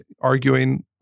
arguing